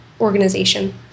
organization